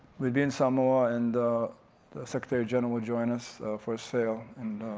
we'd be in samoa, and the secretary general would join us for a sail, and,